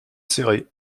céré